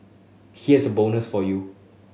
here's a bonus for you